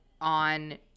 on